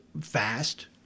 fast